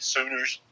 Sooners